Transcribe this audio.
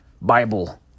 Bible